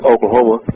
Oklahoma